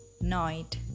night